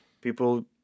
People